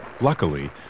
Luckily